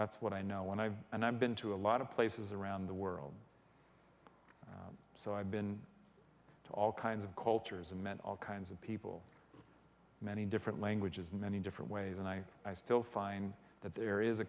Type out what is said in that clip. that's what i know when i and i've been to a lot of places around the world so i've been to all kinds of cultures and met all kinds of people many different languages in many different ways and i i still find that there is a